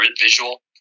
visual